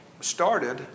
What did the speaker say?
started